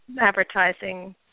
advertising